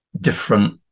different